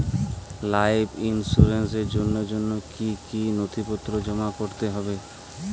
Life ইন্সুরেন্সর জন্য জন্য কি কি নথিপত্র জমা করতে হবে?